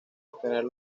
obtener